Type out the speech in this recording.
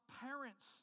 parents